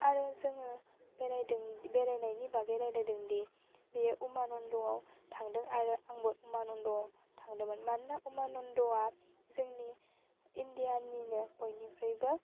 आरो जोङो बेरायदों बेरायनायनि बागै रायलायदोंदि बियो उमानन्द'आव थांदों आरो आंबो उमानन्द'आव थांदोंमोन मानोना उमानन्द'आ जोंनि इण्डिया निनो बयनिफ्रायबो